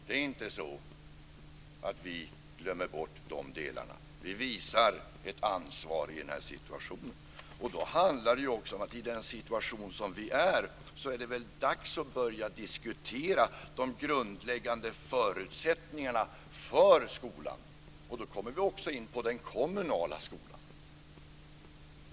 Det är inte så att vi glömmer bort dessa delar. Vi visar ett ansvar i den här situationen. I den situation som vi befinner oss i är det väl dags att börja diskutera de grundläggande förutsättningarna för skolan, och då kommer vi också in på den kommunala skolan.